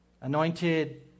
Anointed